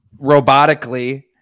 robotically